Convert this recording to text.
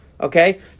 Okay